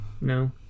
No